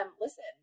listen